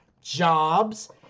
jobs